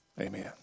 amen